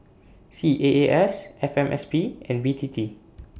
C A A S F M S P and B T T